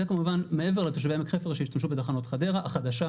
זה כמובן מעבר לתושבי עמק חפר שישתמשו בתחנות חדרה החדשה,